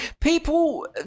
people